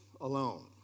alone